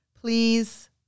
Please